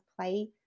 play